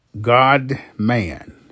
God-man